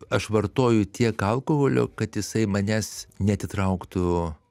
aš vartoju tiek alkoholio kad jisai manęs neatitrauktų